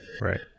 Right